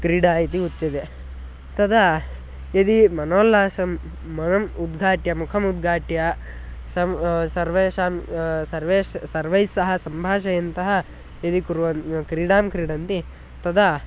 क्रीडा इति उच्यते तदा यदि मनोल्लासं मनम् उद्घाट्य मुखमुद्घाट्य सं सर्वेषां सर्वेस् सर्वैः सह सम्भाषयन्तः यदि कुर्वन् क्रीडां क्रीडन्ति तदा